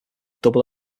double